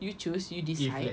you choose you decide